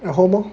at home lor